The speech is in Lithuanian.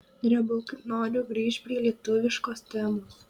drebu kaip noriu grįžt prie lietuviškos temos